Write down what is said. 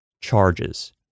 charges